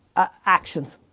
actions.